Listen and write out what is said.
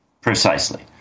Precisely